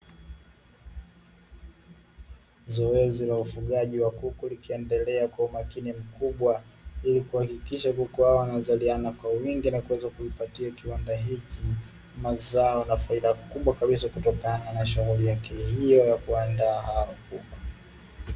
Zoezi la ufugaji wa kuku likiendelea kwa umakini mkubwa, ili kuhakikisha kuku hawa wanazaliana kwa wingi katika kiwanda hiki, mazao na faida kubwa kubwa kabisa kutokana shughuli kubwa zaidi ya kuandaa hawo kuku.